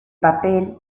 papel